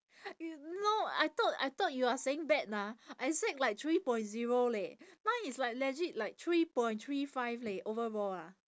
you no I thought I thought you are saying bad ah I expect like three point zero leh now it's like legit like three point three five leh overall ah